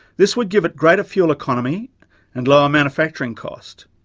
this would give it greater fuel economy and lower manufacturing cost.